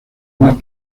más